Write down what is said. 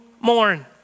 mourn